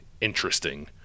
interesting